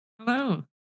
Hello